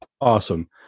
Awesome